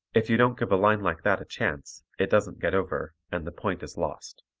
if you don't give a line like that a chance, it doesn't get over and the point is lost.